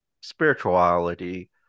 spirituality